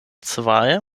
zwei